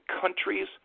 countries